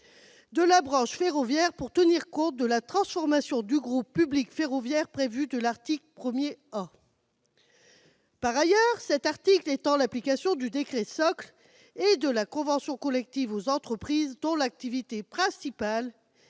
en cours de négociation, pour tenir compte de la transformation du groupe public ferroviaire prévue à l'article 1 A. Par ailleurs, il étend l'application du décret-socle et de la convention collective aux entreprises dont l'activité principale est